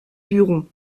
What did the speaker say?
buron